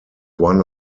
one